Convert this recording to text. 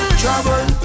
trouble